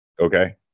okay